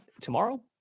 tomorrow